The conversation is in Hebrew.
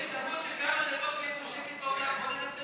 יש הזדמנות שכמה דקות יהיה פה שקט באולם.